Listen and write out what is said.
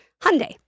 Hyundai